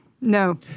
No